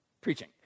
preaching